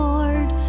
Lord